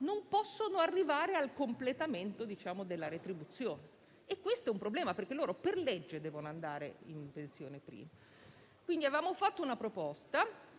non possono arrivare al completamento della retribuzione. Questo è un problema perché per legge devono andare in pensione prima. Avevamo quindi avanzato una proposta